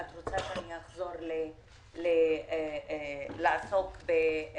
את רוצה שאני אחזור לעסוק בסמים?